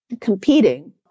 competing